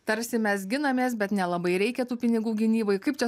tarsi mes ginamės bet nelabai reikia tų pinigų gynybai kaip čia